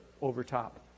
overtop